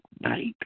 night